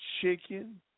chicken